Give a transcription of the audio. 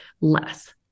less